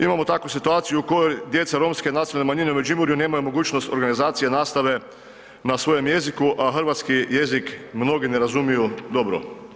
Imamo takvu situaciju u kojoj djeca romske nacionale manjine u Međimurju nemaju mogućnost organizacije nastave na svojem jeziku, a hrvatski jezik mnogi ne razumiju dobro.